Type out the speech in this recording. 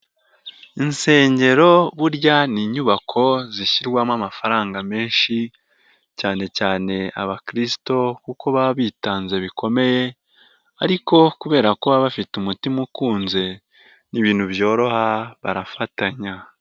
Insengero burya ni inyubako zishyirwamo amafaranga menshi cyane cyane abakirisito kuko baba bitanze bikomeye ariko kubera ko baba bafite umutima ukunze ni ibintu byoroha barafatanya.